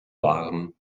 warm